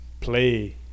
play